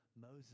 Moses